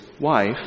wife